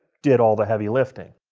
did all the heavy liftin.